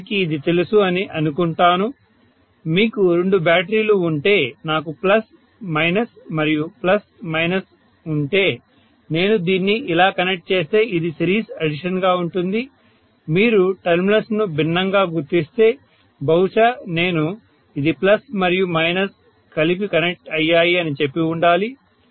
మీ అందరికీ ఇది తెలుసు అని అనుకుంటాను మీకు రెండు బ్యాటరీలు ఉంటే నాకు ప్లస్ మైనస్ మరియు ప్లస్ మైనస్ ఉంటే నేను దీన్ని ఇలా కనెక్ట్ చేస్తే ఇది సిరీస్ అడిషన్ గా ఉంటుంది మీరు టెర్మినల్స్ను భిన్నంగా గుర్తిస్తే బహుశా నేను ఇది ప్లస్ మరియు మైనస్ కలిపి కనెక్ట్ అయ్యాయి అని చెప్పి ఉండాలి